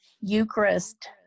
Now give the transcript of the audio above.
Eucharist